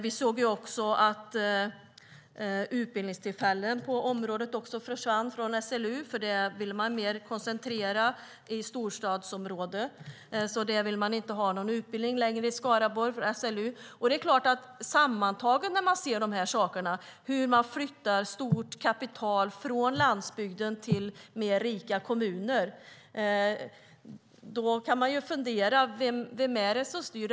Vi har också sett att utbildningstillfällen på området har försvunnit från SLU. Dessa ville man koncentrera mer till storstadsområden. Därför vill SLU inte längre ha någon utbildning i Skaraborg. När man sammantaget ser dessa saker, hur stora kapital flyttas från landsbygden till mer rika kommuner, kan man fundera på vem som styr.